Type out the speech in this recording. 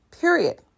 period